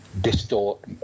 distort